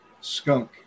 skunk